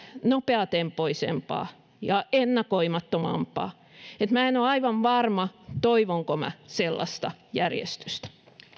nopeatempoisempaa ja ennakoimattomampaa enkä ole aivan varma toivonko minä sellaista järjestystä